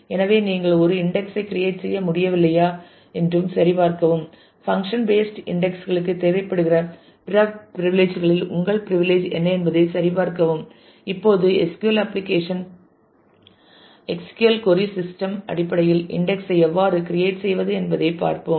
எனவே நீங்கள் ஒரு இன்டெக்ஸ் ஐ கிரியேட் செய்ய முடியவில்லையா என்றும் சரிபார்க்கவும் ஃபங்ஷன் பேஸ்ட் இன்டெக்ஸ் களுக்கு தேவைப்படுகிற பிற பிரிவிலிஜ் களில் உங்கள் பிரிவிலிஜ் என்ன என்பதை சரிபார்க்கவும் இப்போது SQL application SQL query system அடிப்படையில் இன்டெக்ஸ் ஐ எவ்வாறு கிரியேட் செய்வது என்பதைப் பார்த்தோம்